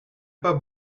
pas